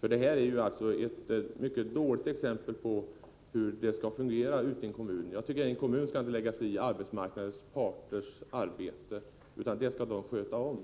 Detta är ju ett mycket dåligt exempel på hur det skall fungera ute i en kommun. En kommun skall inte lägga sig i arbetsmarknadens parters arbete, utan det skall de sköta själva.